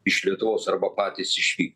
iš lietuvos arba patys išvykt